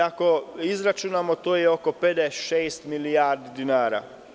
Ako izračunamo, to je oko 56 milijarde dinara.